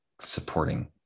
supporting